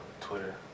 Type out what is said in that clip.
Twitter